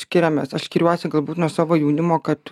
skiriamės aš skiriuosi gal būt nuo savo jaunimo kad